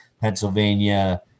Pennsylvania